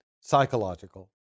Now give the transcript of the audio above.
psychological